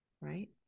Right